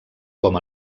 com